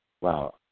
Wow